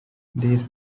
these